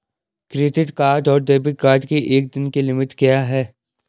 Credit card और debit card की एक दिन की लिमिट क्या है?